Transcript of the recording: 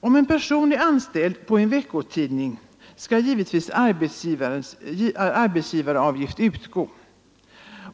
Om en person är anställd på en veckotidning skall givetvis arbetsgivaravgift utgå.